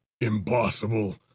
Impossible